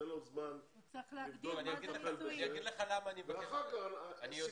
ניתן לו זמן לטפל בזה ואחר כך --- הוא צריך להגדיר מה זה נישואים.